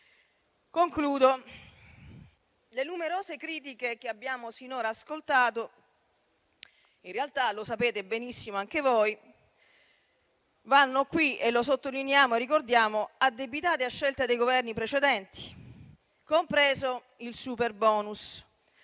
Concludo. Le numerose critiche che abbiamo sinora ascoltato, in realtà - lo sapete benissimo anche voi, ma lo sottolineiamo e lo ricordiamo - vanno addebitate alle scelte dei Governi precedenti, compreso il superbonus,